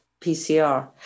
PCR